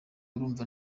urumva